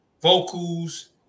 vocals